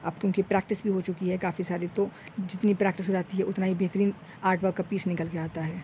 اب کیونکہ پریکٹس بھی ہو چکی ہے کافی ساری تو جتنی پریکٹس رہتی ہے اتنا ہی بہترین آرٹ ورک کا پیس نکل کے آتا ہے